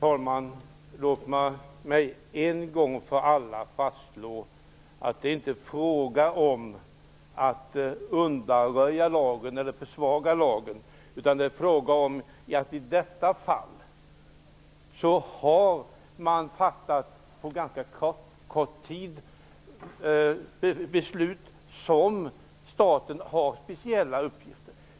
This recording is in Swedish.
Herr talman! Låt mig en gång för alla fastslå att det inte är fråga om att undanröja lagen eller försvaga lagen, utan det är fråga om att man i detta fall har fattat beslut, på ganska kort tid, inom ett område där staten har speciella uppgifter.